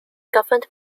governed